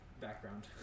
background